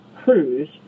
cruise